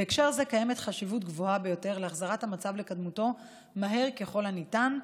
בהקשר זה קיימת חשיבות גבוהה ביותר להחזרת המצב לקדמותו מהר ככל הניתן,